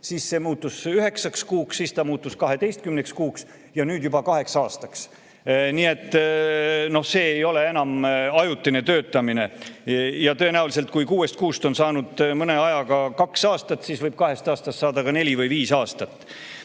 siis see muutus üheksaks kuuks, siis see muutus 12 kuuks ja nüüd juba kaheks aastaks. No see ei ole enam ajutine töötamine. Ja tõenäoliselt, kui kuuest kuust on saanud mõne ajaga kaks aastat, siis võib kahest aastast saada ka neli või viis aastat.